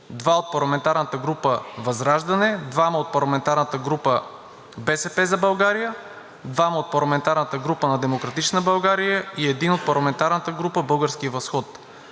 3 от парламентарната група ВЪЗРАЖДАНЕ, 2 от парламентарната група „БСП за България“, 2 от парламентарната група на „Демократична България“ и 1 от парламентарната група „Български възход“.